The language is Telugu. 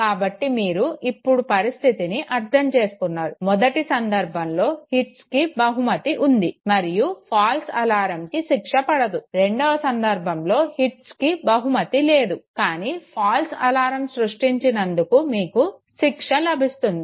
కాబట్టి మీరు ఇప్పుడు పరిస్థితిని అర్థం చేసుకున్నారు మొదటి సంధర్భంలో హిట్స్కి బహుమతి ఉంది మరియు ఫాల్స్ అలారంకి శిక్ష పడదు రెండవ సందర్భంలో హిట్స్కి బహుమతి లేదు కానీ ఫాల్స్ అలారం సృష్టించినందుకు మీకు శిక్ష లభిస్తుంది